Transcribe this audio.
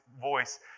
voice